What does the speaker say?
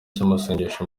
cy’amasengesho